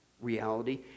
reality